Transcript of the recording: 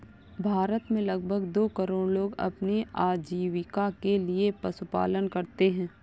भारत में लगभग दो करोड़ लोग अपनी आजीविका के लिए पशुपालन करते है